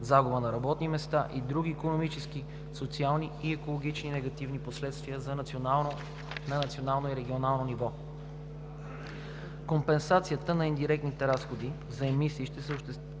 загуба на работни места и други икономически, социални и екологични негативни последствия на национално и регионално ниво. Компенсацията на индиректните разходи за емисии ще се осъществи